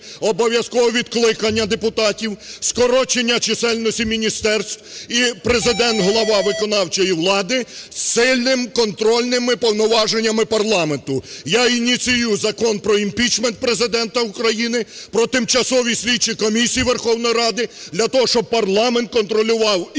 обов'язкове відкликання депутатів, скорочення чисельності міністерств і Президент – глава виконавчої влади з сильними контрольними повноваженнями парламенту. Я ініціюю Закон про імпічмент Президента України, про тимчасові слідчі комісії Верховної Ради для того, щоб парламент контролював і Президента,